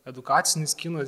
edukacinis kinas